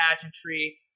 pageantry